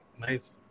Nice